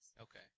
Okay